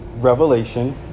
revelation